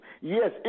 Yes